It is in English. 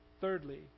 Thirdly